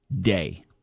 day